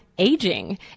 aging